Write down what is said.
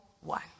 one